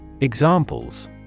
Examples